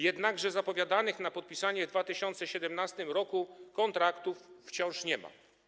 Jednakże zapowiadanych na podpisanie w 2017 r. kontraktów wciąż nie ma.